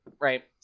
right